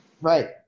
Right